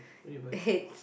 peach